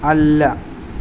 അല്ല